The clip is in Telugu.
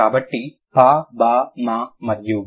కాబట్టి ప బా మ మరియు వ